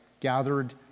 gathered